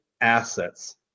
assets